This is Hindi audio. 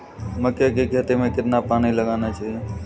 मक्के की खेती में कितना पानी लगाना चाहिए?